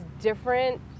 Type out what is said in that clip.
different